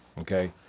Okay